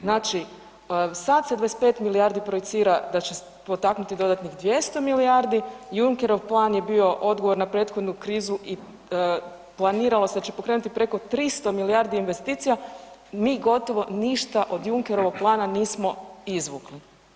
Znači, sad se 25 milijardi projicira da će potaknuti dodatnih 200 milijardi, Junckerov plan je bio odgovor na prethodnu krizu i planiralo se da će pokrenuti preko 300 milijardi investicija, mi gotovo ništa od Junckerovog plana nismo izvukli.